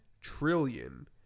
trillion